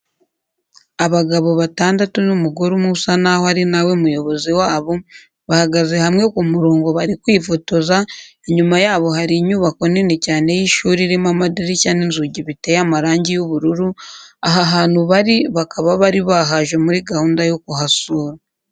Abagabo batandatu n'umugore umwe usa naho ari na we muyobozi wabo bahagaze hamwe ku murongo bari kwifotoza, inyuma yabo hari inyubako nini cyane y'ishuri irimo amadirishya n'inzugi biteye amarangi y'ubururu, aha hantu bari bakaba bari bahaje muri gahunda yo kuhasura.